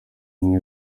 umwe